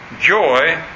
joy